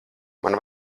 man